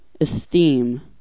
Esteem